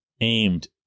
aimed